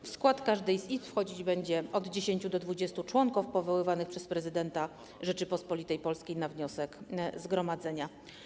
W skład każdej z izb wchodzić będzie od 10 do 20 członków powoływanych przez prezydenta Rzeczypospolitej Polskiej na wniosek zgromadzenia.